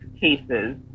cases